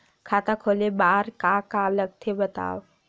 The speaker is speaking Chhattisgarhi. खाता खोले बार का का लगथे बतावव?